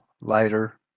lighter